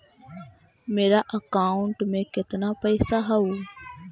मेरा अकाउंटस में कितना पैसा हउ?